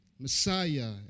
Messiah